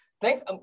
thanks